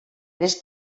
les